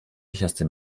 sicherste